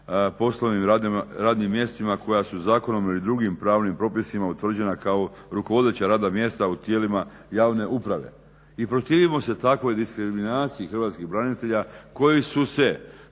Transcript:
poslovnim radnim mjestima koja su zakonom ili drugim pravnim propisima utvrđena kao rukovodeća radna mjesta u tijelima javne uprave. I protivimo se takvoj diskriminaciji hrvatskih branitelja koji su se